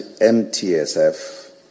mtsf